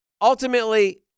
ultimately